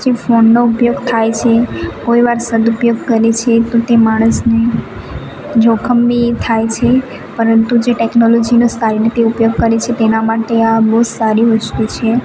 જે ફોનનો ઉપયોગ થાય છે કોઈ વાર સદુપયોગ કરે છે તો તે માણસને જોખમ બી થાય છે પરંતુ જે ટેક્નોલોજીનો સારી રીતે ઉપયોગ કરે છે તેના માટે આ બહુ સારી વસ્તુ છે